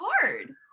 hard